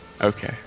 Okay